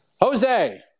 Jose